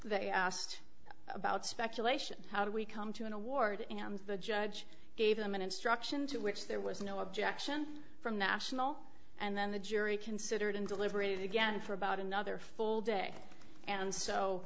they asked about speculation how do we come to an award the judge gave them an instruction to which there was no objection from national and then the jury considered and deliberated again for about another full day and so